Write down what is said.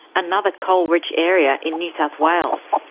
another coal-rich area in new south wales.